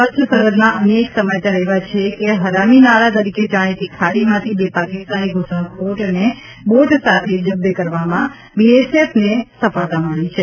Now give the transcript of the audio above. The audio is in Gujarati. કચ્છ સરહદના અન્ય એક સમાચાર એવા છે કે હરામીનાળા તરીકે જાણીતી ખાડીમાંથી બે પાકિસ્તાની ઘૂસણખોરને બોટ સાથે જબ્બે કરવામાં બીએસએફને સફળતા મળી છે